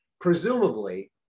Presumably